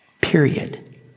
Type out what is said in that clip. Period